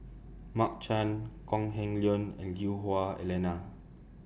Mark Chan Kok Heng Leun and Lui Hah Wah Elena